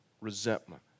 resentment